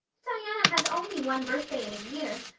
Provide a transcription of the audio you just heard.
diana has only one birthday in a year.